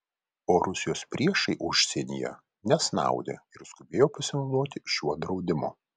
o rusijos priešai užsienyje nesnaudė ir skubėjo pasinaudoti šiuo draudimu